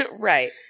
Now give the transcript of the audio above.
Right